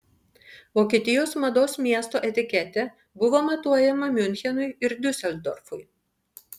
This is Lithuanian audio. vokietijos mados miesto etiketė buvo matuojama miunchenui ir diuseldorfui